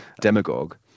demagogue